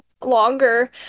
longer